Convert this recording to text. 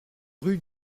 rue